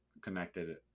connected